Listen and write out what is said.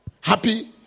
Happy